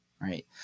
right